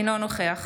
אינו נוכח